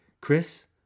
Chris